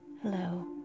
Hello